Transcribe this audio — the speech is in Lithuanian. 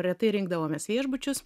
retai rinkdavomės viešbučius